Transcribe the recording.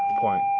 point